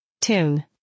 Tune